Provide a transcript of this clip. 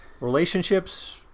relationships